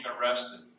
arrested